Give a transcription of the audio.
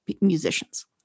musicians